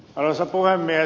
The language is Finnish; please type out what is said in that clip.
arvoisa puhemies